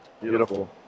Beautiful